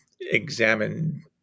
examine